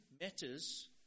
matters